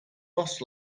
lost